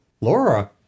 Laura